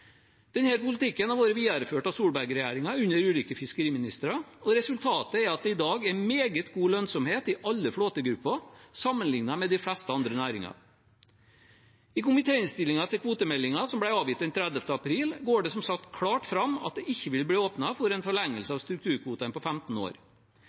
politikken har vært videreført av Solberg-regjeringen under ulike fiskeriministere, og resultatet er at det i dag er meget god lønnsomhet i alle flåtegrupper, sammenlignet med de fleste andre næringer. I komitéinnstillingen til kvotemeldingen, som ble avgitt den 30. april, går det som sagt klart fram at det ikke vil bli åpnet for en